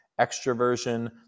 extroversion